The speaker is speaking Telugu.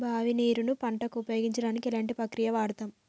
బావి నీరు ను పంట కు ఉపయోగించడానికి ఎలాంటి ప్రక్రియ వాడుతం?